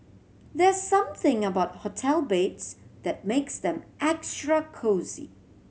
there's something about hotel beds that makes them extra cosy